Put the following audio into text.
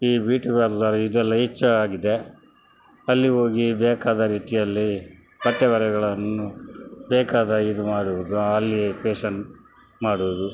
ಈ beauty parlour ಇದೆಲ್ಲ ಹೆಚ್ಚಾಗಿದೆ ಅಲ್ಲಿ ಹೋಗಿ ಬೇಕಾದ ರೀತಿಯಲ್ಲಿ ಬಟ್ಟೆ ಬರೆಗಳನ್ನು ಬೇಕಾದ ಇದು ಮಾಡುವುದು ಅಲ್ಲಿ ಪೇಶನ್ ಮಾಡುವುದು